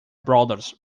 brothers